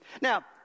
Now